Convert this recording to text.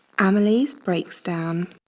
amylase breaks down